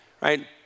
right